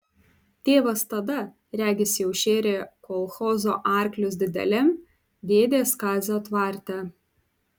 tėvas tada regis jau šėrė kolchozo arklius dideliam dėdės kazio tvarte